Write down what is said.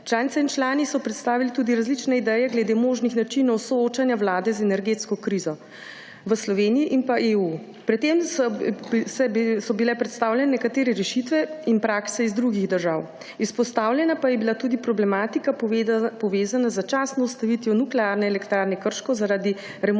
Članice in člani so predstavili tudi različne ideje glede možnih načinov soočanja vlade z energetsko krizo v Sloveniji in pa EU. Pri tem so bile predstavljene nekatere rešitve in prakse iz drugih držav. Izpostavljena pa je bila tudi problematika, povezana z začasno ustavitvijo Nuklearne elektrarne Krško zaradi remonta